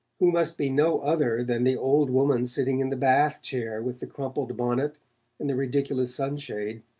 who must be no other than the old woman sitting in the bath-chair with the crumpled bonnet and the ridiculous sunshade.